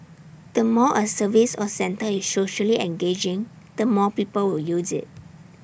the more A service or centre is socially engaging the more people will use IT